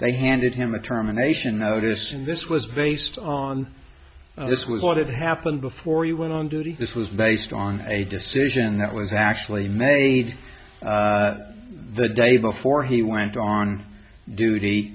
they handed him a terminations noticed and this was based on this was what had happened before he went on duty this was based on a decision that was actually made the day before he went on duty